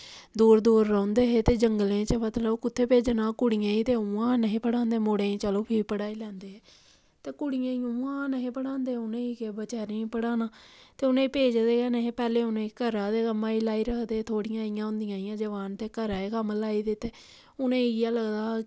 दूर दूर रौंह्दे हे ते जंगलें च मतलब कुत्थें भेजना कुड़ियें गी उ'आं निं हे पढ़ांदे मुड़ें गी ते चलो पढ़ांदे हे ते कुड़ें गी उ'आं निं हे पढ़ांदे हे उ'नें गी बेचारियें गी केह् पढ़ाना ते उ'नें गी भेजदे निं हे पैह्लें उ'नें गी घरा दे कम्मै च लाई रक्खदे हे थोह्ड़ियां इं'या होंदियां हियां जोआन ते घरा कम्म लाई रक्खदे उ'नें गी इ'यै लगदा हा